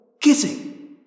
Kissing